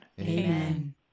Amen